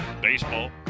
baseball